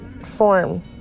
form